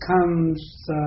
comes